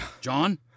John